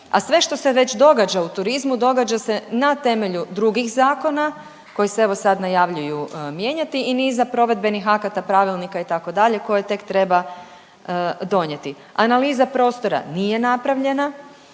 a sve što se već događa u turizmu događa se na temelju drugih zakona koji se evo sad najavljuju mijenjati i niza provedbenih akata, pravilnika itd. koje tek treba donijeti. Analiza prostora nije napravljena,